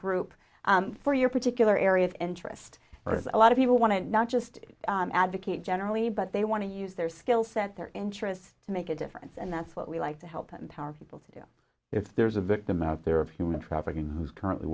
group for your particular area of interest a lot of people want to not just advocate generally but they want to use their skill set their interests to make a difference and that's what we like to help empower people to do if there is a victim out there of human trafficking who is currently